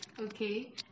Okay